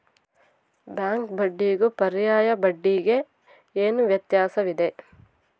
Bank ಬಡ್ಡಿಗೂ ಪರ್ಯಾಯ ಬಡ್ಡಿಗೆ ಏನು ವ್ಯತ್ಯಾಸವಿದೆ?